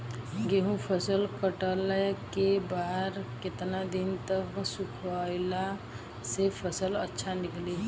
गेंहू फसल कटला के बाद केतना दिन तक सुखावला से फसल अच्छा निकली?